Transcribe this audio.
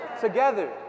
Together